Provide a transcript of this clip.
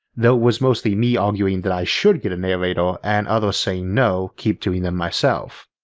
though was mostly me arguing that i should get a narrator and others saying no, keep doing them myself.